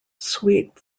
sweet